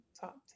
top